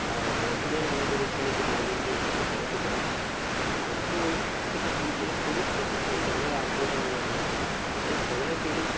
আর বর্তমানে আমাদের এখানে যে লাইব্রেরি রয়েছে সেখানে তো যাই গল্প থেকে শুরু করে সমস্ত কিছুই জানার আগ্রহ আমার রয়েছে তাই সময় পেলেই